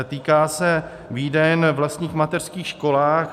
Týká se výdejen ve vlastních mateřských školách.